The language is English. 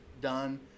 done